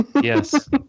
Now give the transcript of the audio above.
Yes